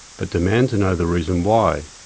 but demand to know the reason why,